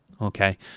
Okay